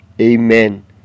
Amen